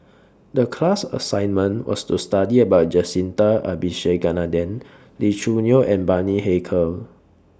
The class assignment was to study about Jacintha Abisheganaden Lee Choo Neo and Bani Haykal